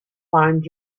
find